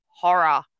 horror